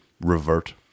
revert